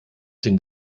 den